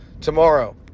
tomorrow